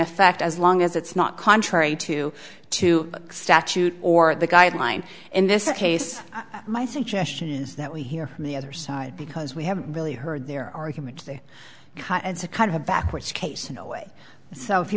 effect as long as it's not contrary to to a statute or the guideline in this case my suggestion is that we hear from the other side because we have really heard their argument today as a kind of a backwards case in a way so if you